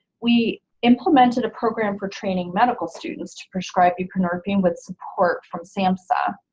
we implemented a program for training medical students to prescribe buprenorphine with support from samhsa.